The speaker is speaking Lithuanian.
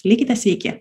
likite sveiki